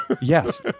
yes